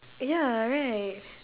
ya right